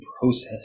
process